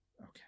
Okay